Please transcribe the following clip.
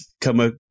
come